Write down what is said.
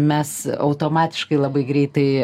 mes automatiškai labai greitai